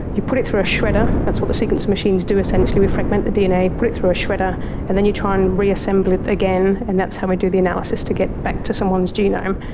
you put it through a shredder, that's what the sequence of machines do essentially, we fragment the dna, put it through a shredder, and then you try and reassemble it again and that's how we do the analysis to get back to someone's genome.